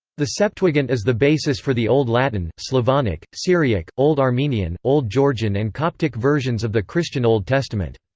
the septuagint is the basis for the old latin, slavonic, syriac, old armenian, old georgian and coptic versions of the christian old testament.